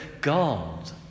God